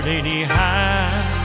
anyhow